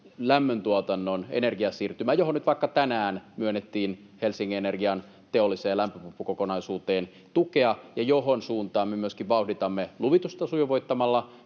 lämmöntuotannon energiasiirtymää, johon nyt vaikka tänään myönnettiin Helsingin Energian teolliseen lämpöpumppukokonaisuuteen tukea ja johon suuntaamme ja myöskin vauhditamme luvitusta sujuvoittamalla,